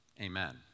Amen